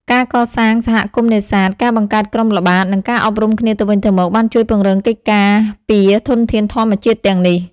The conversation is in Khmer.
ការកសាងសហគមន៍នេសាទ ការបង្កើតក្រុមល្បាត និងការអប់រំគ្នាទៅវិញទៅមក បានជួយពង្រឹងកិច្ចការពារធនធានធម្មជាតិទាំងនេះ។